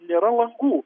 nėra langų